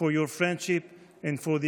for your friendship and for the